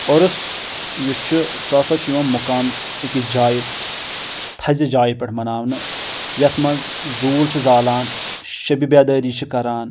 عُرُس یُس چھُ سُہ ہسا چھُ یِوان مُقام أکِس جایہِ تھزِ جایہِ پٮ۪ٹھ مناونہٕ یتھ منٛز زول چھِ زالان شبِ بیدٲری چھِ کران